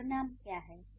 सर्वनाम क्या है